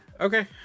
Okay